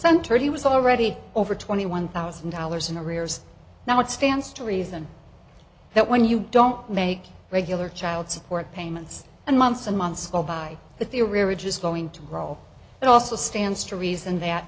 centered he was already over twenty one thousand dollars in arrears now it stands to reason that when you don't make regular child support payments and months and months go by the theory which is going to roll it also stands to reason that